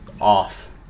off